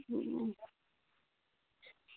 ठीक